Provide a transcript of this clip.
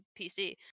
PC